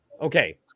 okay